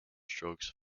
strokes